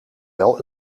wel